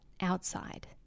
outside